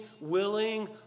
willing